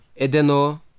Edeno